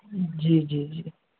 जी जी जी